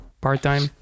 part-time